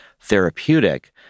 therapeutic